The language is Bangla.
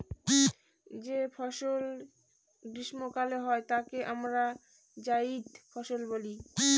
যে ফসল গ্রীস্মকালে হয় তাকে আমরা জাইদ ফসল বলি